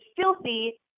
filthy